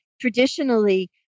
traditionally